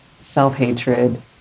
self-hatred